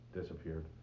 disappeared